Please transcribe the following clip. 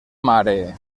mare